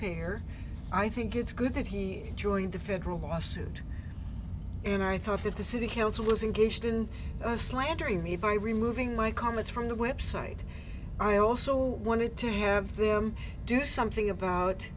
payer i think it's good that he enjoyed the federal lawsuit and i thought that the city council was in gauged in slandering me by removing my comments from the website i also wanted to have them do something